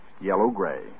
yellow-gray